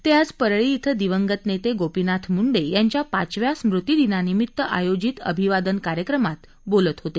ते आज परळी इथं दिवंगत नेते गोपीनाथ मुंडे यांच्या पाचव्या स्मृती दिनानिमित आयोजित अभिवादन कार्यक्रमात बोलत होते